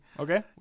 Okay